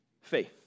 faith